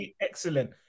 Excellent